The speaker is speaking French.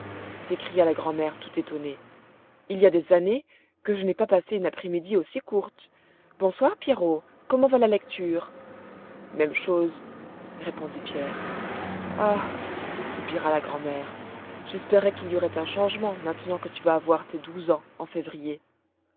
s'écria la grand'mère tout étonnée il y a des années que je n'ai pas passé une après-midi aussi courte bonsoir pierrot comment va la lecture même chose répondit pierre ah soupira la grand'mère j'espérais qu'il y aurait un changement maintenant que tu vas avoir tes douze ans en février